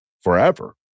forever